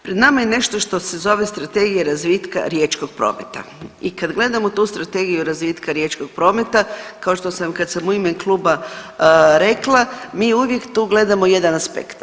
Pred nama je nešto što se zove Strategija razvitka riječkog prometa i kad gledamo u tu Strategiju razvitka riječkog prometa kao što sam kad sam u ime kluba rekla, mi uvijek tu gledamo jedan aspekt.